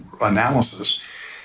analysis